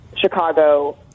Chicago